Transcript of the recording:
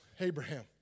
Abraham